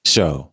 Show